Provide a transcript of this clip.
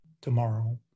tomorrow